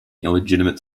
illegitimate